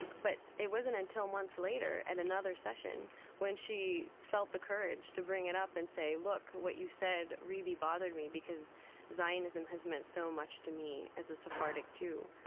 and but it wasn't until months later at and another session when she felt the courage to bring it up and say, look, what you said really bothered me because zionism has meant so much to me as a sephardic jew.